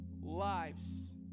lives